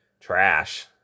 trash